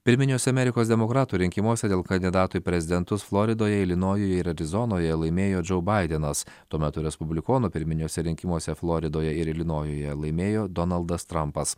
pirminiuose amerikos demokratų rinkimuose dėl kandidato į prezidentus floridoje ilinojuje ir arizonoje laimėjo džo baidenas tuo metu respublikonų pirminiuose rinkimuose floridoje ir ilinojuje laimėjo donaldas trampas